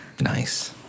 Nice